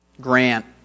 grant